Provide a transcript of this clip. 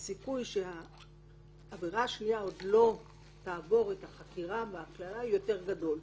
הסיכוי שהברירה השנייה עוד לא תעבור את החקירה --- הוא יותר גדול.